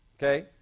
Okay